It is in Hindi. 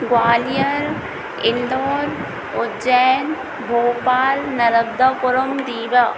ग्वालियर इंदौर उज्जैन भोपाल नर्मदापुरम रीवा